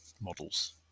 models